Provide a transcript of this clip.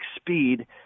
speed